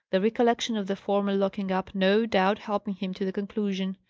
the recollection of the former locking-up no doubt helping him to the conclusion.